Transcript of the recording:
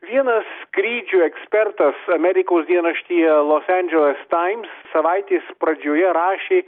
vienas skrydžių ekspertas amerikos dienraštyje los angeles times savaitės pradžioje rašė